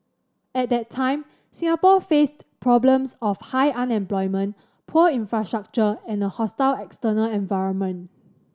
at that time Singapore faced problems of high unemployment poor infrastructure and a hostile external environment